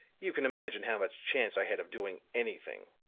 you can imagine how much chance i had of doing anything.